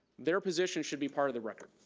their position should be part of the record,